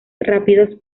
rápidos